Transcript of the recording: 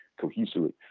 cohesively